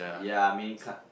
ya I mean kind